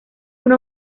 una